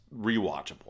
rewatchable